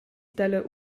dalla